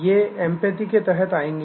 ये एंपैथी के तहत आएंगे